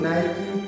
Nike